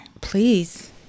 please